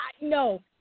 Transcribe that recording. no